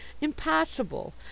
Impossible